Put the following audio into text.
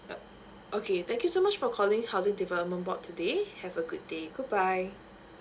uh okay thank you so much for calling housing development board today have a great day goodbye